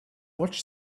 watched